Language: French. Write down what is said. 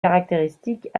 caractéristiques